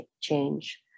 change